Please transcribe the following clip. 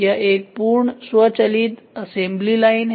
यह एक पूर्ण स्वचालित असेंबली लाइन है